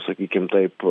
sakykim taip